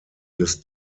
des